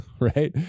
right